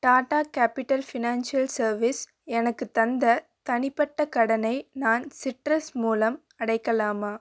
Tata capital financial service எனக்குத் தந்த கடனை நான் சிட்ரஸ் மூலம் அடைக்கலாமா